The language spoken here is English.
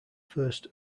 first